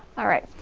alright,